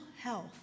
health